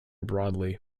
broadly